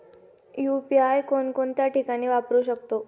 UPI कोणकोणत्या ठिकाणी वापरू शकतो?